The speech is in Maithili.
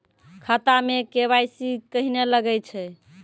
खाता मे के.वाई.सी कहिने लगय छै?